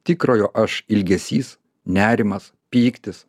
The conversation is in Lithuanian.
tikrojo aš ilgesys nerimas pyktis